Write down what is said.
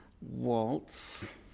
waltz